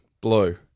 blue